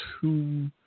two